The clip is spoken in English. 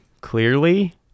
clearly